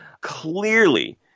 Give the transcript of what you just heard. clearly